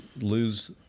lose